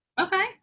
Okay